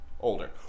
older